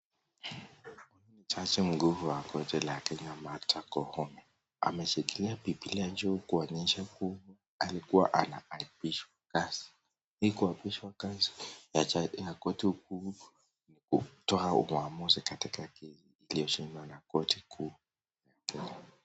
Jaji mkuu wa mahakama jaji Martha Koome ameshikilia bibilia juu kuonyesha kua alikua anaapishwa kazi, hii kazi ya kuapishwa ya koti kuu ni kutoa maamuzi katika kesi iliyoshindwa na koti kuu ya Kenya.